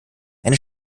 eine